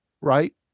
right